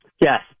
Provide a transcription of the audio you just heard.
Yes